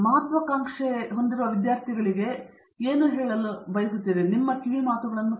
ಮಹತ್ವಾಕಾಂಕ್ಷೆಯ ರಾಸಾಯನಿಕ ಎಂಜಿನಿಯರಿಂಗ್ ಪದವಿ ವಿದ್ಯಾರ್ಥಿಗಾಗಿ ನಿಮ್ಮ ಸಲಹೆಯ ಮಾತುಗಳು ಯಾವುವು